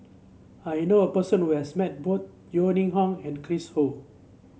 I know a person who has met both Yeo Ning Hong and Chris Ho